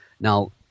Now